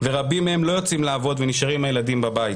ורבים מהם לא יוצאים לעבוד ונשארים עם הילדים בבית.